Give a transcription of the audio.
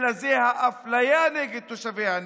אלא זה האפליה נגד תושבי הנגב.